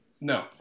No